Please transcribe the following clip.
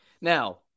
Now